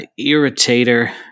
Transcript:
Irritator